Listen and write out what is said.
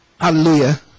Hallelujah